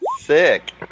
sick